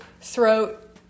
throat